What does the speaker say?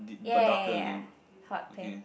ya ya ya hot pink